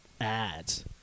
ads